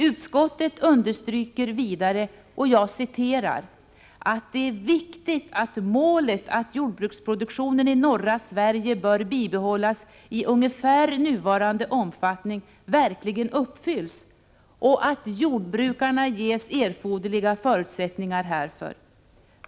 Utskottet understryker vidare ”att det är viktigt att målet att jordbruksproduktionen i norra Sverige bör bibehållas i ungefär nuvarande omfattning verkligen uppfylls och att jordbrukarna ges erforderliga förutsättningar härför.